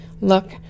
look